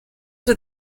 with